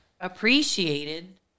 appreciated